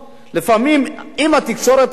לפעמים, אם התקשורת היתה